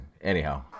Anyhow